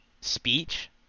speech